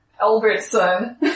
Albertson